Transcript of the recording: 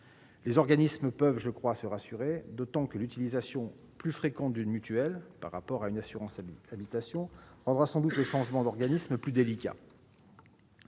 Les organismes peuvent, je crois, se rassurer, d'autant que l'utilisation plus fréquente d'une mutuelle par rapport à une assurance habitation rendra sans doute le changement d'organisme plus délicat.